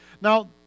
Now